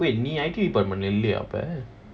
wait நீ:nee I_T department leh இல்லையா அப்போ:illaiyaa appo